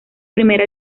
primera